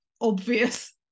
obvious